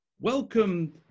Welcome